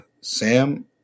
Sam